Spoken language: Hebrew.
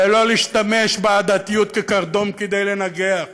ולא להשתמש בעדתיות כקרדום כדי לנגח,